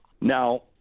Now